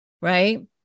right